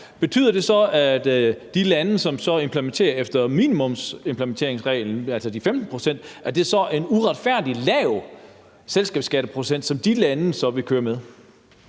Betyder det så, at de lande, som så implementerer efter minimumsimplementeringsreglen, altså de 15 pct., så er en uretfærdig lav selskabsskatteprocent, som de lande så vil køre med?